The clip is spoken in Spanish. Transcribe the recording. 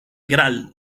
gral